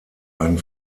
einen